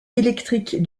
électrique